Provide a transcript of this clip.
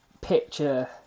picture